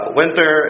winter